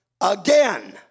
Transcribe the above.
again